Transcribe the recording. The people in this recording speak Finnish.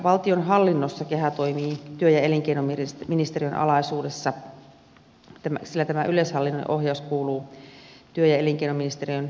valtionhallinnossa keha toimii työ ja elinkeinoministeriön alaisuudessa sillä tämä yleishallinnollinen ohjaus kuuluu työ ja elinkeinoministeriön toimivaltaan